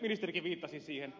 ministerikin viittasi siihen